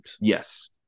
yes